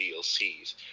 DLCs